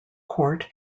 court